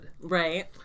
Right